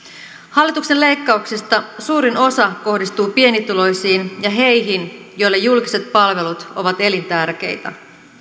hallituksen leikkauksista suurin osa kohdistuu pienituloisiin ja heihin joille julkiset palvelut ovat elintärkeitä